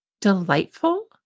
delightful